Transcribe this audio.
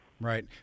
right